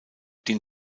den